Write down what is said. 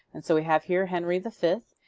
and so we have here henry the fifth.